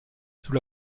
sous